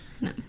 No